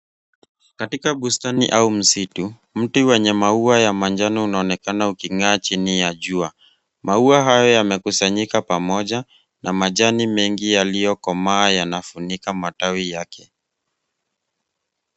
Katika bustani au msitu, mti wenye maua ya manjano unaonekana uking'aa chini ya jua . Maua hayo yamekusanyika pamoja na majani mengi yaliyokomaa yanafunika matawi yake.